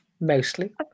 Mostly